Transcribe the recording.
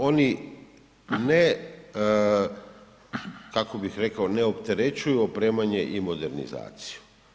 Oni ne, kako bih rekao, ne opterećuju opremanje i modernizaciju.